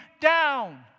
down